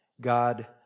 God